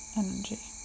energy